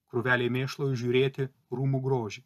krūvelėj mėšlo įžiūrėti rūmų grožį